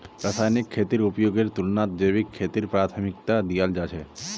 रासायनिक खेतीर उपयोगेर तुलनात जैविक खेतीक प्राथमिकता दियाल जाहा